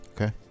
Okay